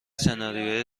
سناریوی